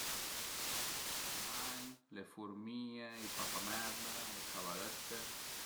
I ragn, le fürmìe, papamerda, le cavalëtte